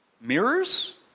Mirrors